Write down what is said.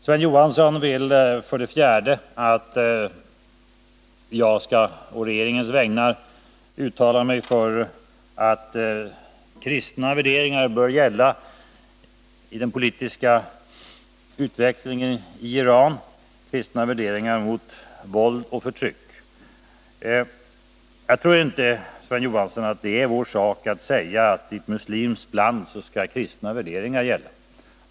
Sven Johansson vill vidare att jag på regeringens vägnar skall uttala mig för att kristna värderingar bör gälla i den politiska utvecklingen i Iran, kristna värderingar mot våld och förtryck. Jag tror inte, Sven Johansson, att det är vår sak att säga att i ett muslimskt land skall kristna värderingar gälla.